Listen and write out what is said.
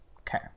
Okay